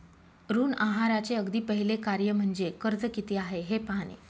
ऋण आहाराचे अगदी पहिले कार्य म्हणजे कर्ज किती आहे हे पाहणे